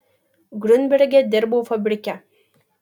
griunberge dirbau fabrike